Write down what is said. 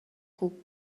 خوب